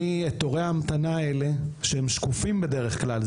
תורי ההמתנה האלה - שהם בדרך כלל שקופים,